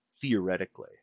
theoretically